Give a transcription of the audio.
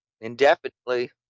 indefinitely